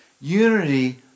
Unity